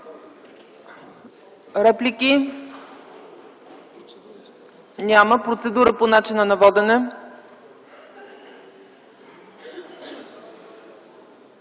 Реплики? Няма. Процедура по начина на водене.